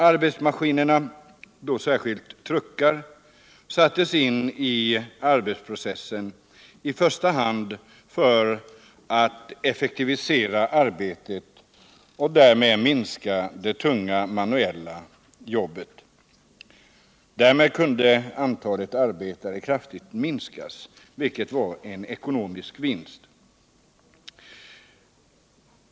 Arbetsmaskinerna — då särskilt truckar — sattes in i första hand för att effektivisera arbetsprocessen och därmed minska det tunga manuella arbetet. Därmed kunde antalet arbetare kraftigt minskas, vilket betydde en ekonomisk vinst.